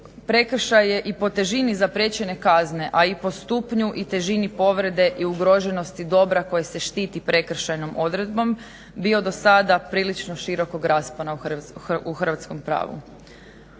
prekršaj je i po težini zaprečene kazne a i po stupnju i težini povrede i ugroženosti dobra koje se štiti prekršajnom odredbom bio do sada prilično širokog raspona u hrvatskom pravu.